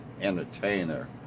entertainer